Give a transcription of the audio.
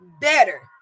better